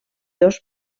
dos